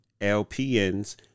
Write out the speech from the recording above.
LPNs